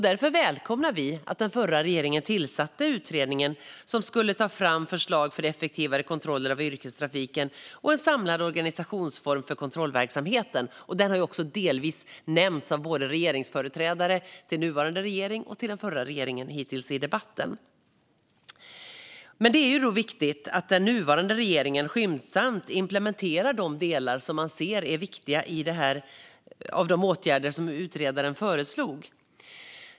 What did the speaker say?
Därför välkomnade vi att den förra regeringen tillsatte den utredning som skulle ta fram förslag för effektivare kontroller av yrkestrafiken och en samlad organisationsform för kontrollverksamheten. Den har också nämnts i debatten av företrädare för både den nuvarande och den förra regeringen. Det är viktigt att den nuvarande regeringen skyndsamt implementerar de delar man ser är viktiga bland de åtgärder utredaren föreslog.